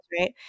right